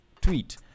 tweet